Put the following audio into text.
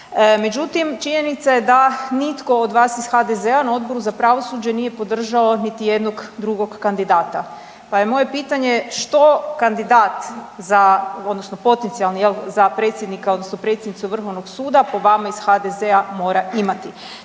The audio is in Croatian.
Međutim, činjenica je da nitko od vas iz HDZ-a na Odboru za pravosuđe nije podržao niti jednog drugog kandidata. Pa je moje pitanje što kandidat za, odnosno potencijalni jel za predsjednika odnosno predsjednicu vrhovnog suda po vama iz HDZ-a mora imati?